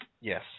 Yes